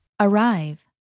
Arrive